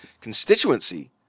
constituency